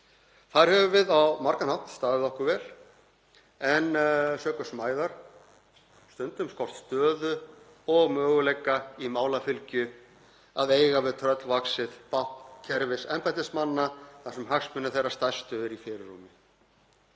Þar höfum við á margan hátt staðið okkur vel en sökum smæðar okkar hefur okkur stundum skort stöðu og möguleika í málafylgju að eiga við tröllvaxið bákn kerfis embættismanna þar sem hagsmunir þeirra stærstu eru í fyrirrúmi.